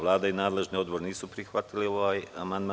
Vlada i nadležni odbor nisu prihvatili ovaj amandman.